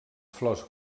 flors